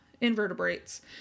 invertebrates